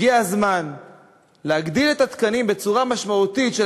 הגיע הזמן להגדיל בצורה משמעותית את